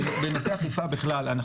בנושא האכיפה בכלל,